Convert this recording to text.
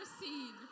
seen